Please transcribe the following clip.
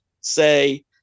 say